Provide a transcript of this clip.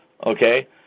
Okay